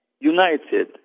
united